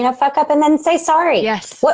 yeah fuck up and then say sorry yes